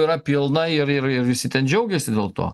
yra pilna ir ir visi ten džiaugiasi dėl to